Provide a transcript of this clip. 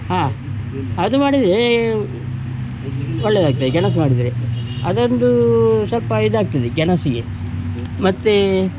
ಹಾಂ ಅದು ಮಾಡಿದರೆ ಒಳ್ಳೆಯದಾಗ್ತದೆ ಗೆಣಸು ಮಾಡಿದರೆ ಅದೊಂದು ಸ್ವಲ್ಪ ಇದಾಗ್ತದೆ ಗೆಣಸಿಗೆ ಮತ್ತು